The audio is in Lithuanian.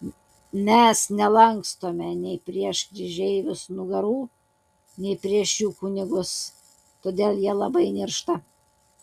mes nelankstome nei prieš kryžeivius nugarų nei prieš jų kunigus todėl jie labai niršta